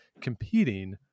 competing